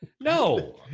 No